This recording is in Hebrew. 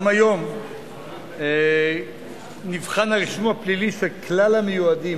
גם היום נבחן הרישום הפלילי של כלל המיועדים